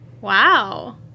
Wow